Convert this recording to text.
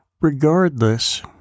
Regardless